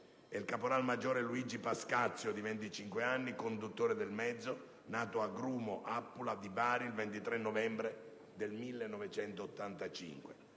e il caporalmaggiore Luigi Pascazio, di 25 anni, conduttore del mezzo, nato a Grumo Appula, in provincia di Bari, il 23 novembre 1985.